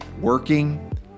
working